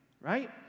right